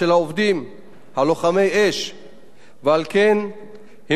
ועל כן המתנו עד שנחתם לפני כשבועיים הסכם קיבוצי,